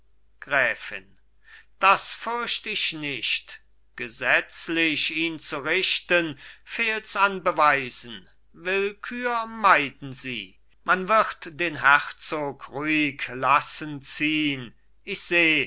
gräfin das fürcht ich nicht gesetzlich ihn zu richten fehlts an beweisen willkür meiden sie man wird den herzog ruhig lassen ziehn ich seh